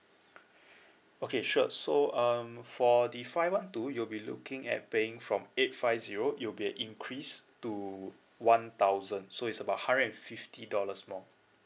okay sure so um for the five one two you'll be looking at paying from eight five zero it'll be an increase to one thousand so is about hundred fifty dollars more